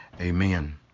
Amen